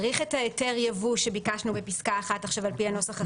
צריך את היתר הייבוא שביקשנו בפסקה (1) על פי הנוסח,